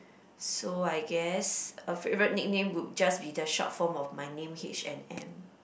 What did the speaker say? so I guess a favourite nickname would just be the short form of my name H and M